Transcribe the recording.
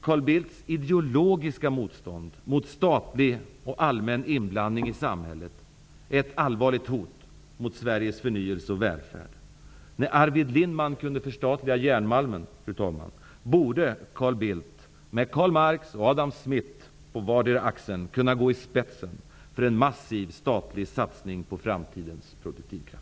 Carl Bildts ideologiska motstånd mot statlig och allmän inblandning i samhället är ett allvarligt hot mot Sveriges förnyelse och välfärd. När Arvid Lindman kunde förstatliga järnmalmen, fru talman, borde Carl Bildt, med Karl Marx och Adam Smith på vardera axeln, kunna gå i spetsen för en massiv statlig satsning på framtidens produktivkrafter.